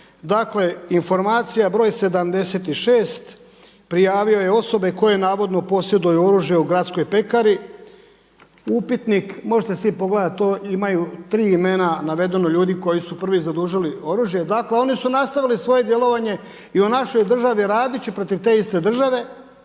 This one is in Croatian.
Dakle, informacija broj 76. prijavio je osobe koje navodno posjeduju oružje u gradskoj pekari upitnik, možete si pogledati to imaju tri imena navedeno ljudi koji su prvi zadužili oružje. Dakle, oni su nastavili svoje djelovanje i u našoj državi radeći protiv te iste države